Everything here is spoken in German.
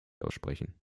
aussprechen